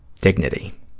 dignity